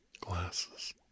glasses